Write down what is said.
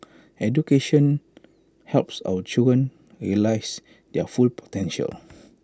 education helps our children realise their full potential